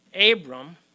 Abram